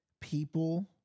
people